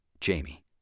jamie